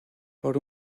por